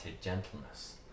gentleness